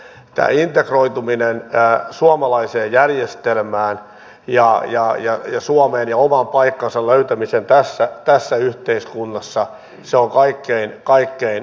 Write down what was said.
tämä integroituminen suomalaiseen järjestelmään ja suomeen ja oman paikan löytäminen tässä yhteiskunnassa on kaikkein tärkein asia